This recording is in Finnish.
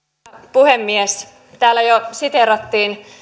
puhemies täällä jo siteerattiin